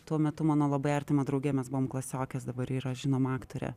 tuo metu mano labai artima drauge mes buvom klasiokės dabar ji yra žinoma aktorė